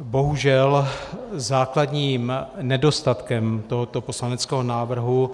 Bohužel základním nedostatkem tohoto poslaneckého návrhu